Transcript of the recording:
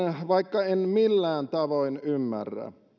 vaikka en millään tavoin ymmärrä